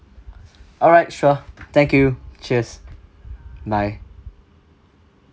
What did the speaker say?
alright sure thank you cheers bye